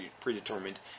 predetermined